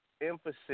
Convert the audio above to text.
emphasis